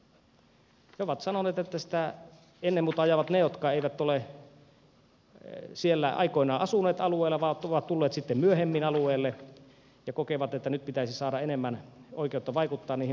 he ovat sanoneet että sitä ennen muuta ajavat ne jotka eivät ole siellä alueella aikoinaan asuneet vaan ovat tulleet sitten myöhemmin alueelle ja kokevat että nyt pitäisi saada enemmän oikeutta vaikuttaa niihin maankäyttökysymyksiin